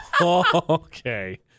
Okay